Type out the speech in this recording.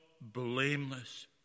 blameless